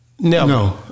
No